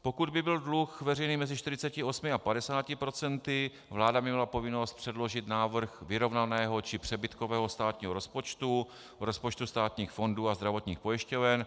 Pokud by byl veřejný dluh mezi 48 a 50 %, vláda by měla povinnost předložit návrh vyrovnaného či přebytkového státního rozpočtu, rozpočtů státních fondů a zdravotních pojišťoven.